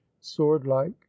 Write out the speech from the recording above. sword-like